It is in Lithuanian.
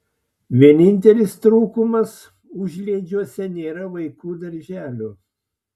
vienintelis trūkumas užliedžiuose nėra vaikų darželio